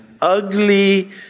ugly